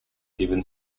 given